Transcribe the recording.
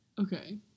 Okay